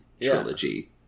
trilogy